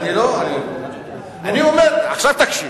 עכשיו תקשיב: